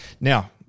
Now